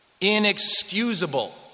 inexcusable